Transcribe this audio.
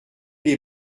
les